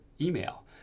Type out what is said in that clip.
email